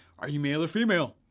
are you male or female?